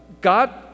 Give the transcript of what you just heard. God